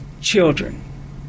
children